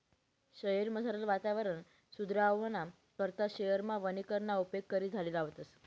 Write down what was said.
शयेरमझारलं वातावरण सुदरावाना करता शयेरमा वनीकरणना उपेग करी झाडें लावतस